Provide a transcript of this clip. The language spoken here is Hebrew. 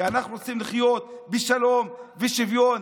כי אנחנו רוצים לחיות בשלום ושוויון,